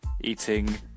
eating